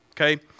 okay